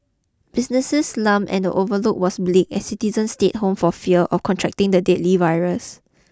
businesses slump and the overlook was bleak as citizens stayed home for fear or contracting the deadly virus